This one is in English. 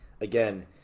Again